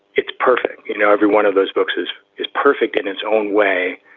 it's perfect. you know, every one of those boxes is perfect in its own way,